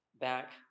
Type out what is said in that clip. back